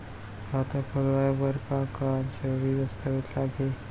खाता खोलवाय बर का का जरूरी दस्तावेज लागही?